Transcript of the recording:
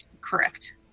Correct